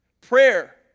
Prayer